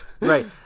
right